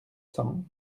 cents